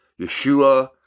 Yeshua